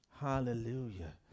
Hallelujah